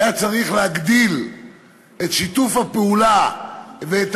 היה צריך להגדיל את שיתוף הפעולה ואת